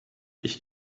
ich